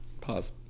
Pause